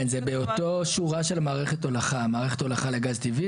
באותה השורה של מערכת ההולכה לגז טבעי